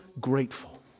grateful